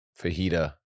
fajita